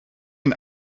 een